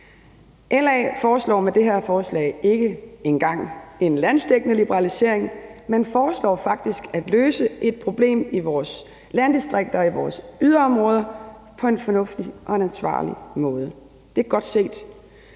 LA foreslår med det her beslutningsforslag ikke engang en landsdækkende liberalisering, men foreslår faktisk at løse et problem i vores landdistrikter og i vores yderområder på en fornuftig og ansvarlig måde. Det er godt set.